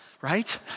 right